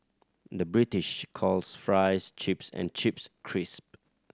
the British calls fries chips and chips crisp